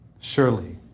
Surely